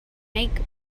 make